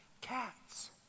cats